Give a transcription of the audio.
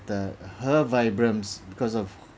her vibrams because of